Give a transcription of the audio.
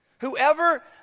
Whoever